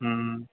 हम्म